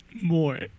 more